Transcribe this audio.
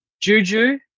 Juju